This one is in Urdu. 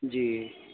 جی